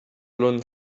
learned